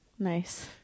nice